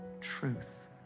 Truth